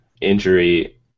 injury